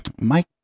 Mike